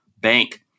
bank